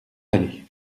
aller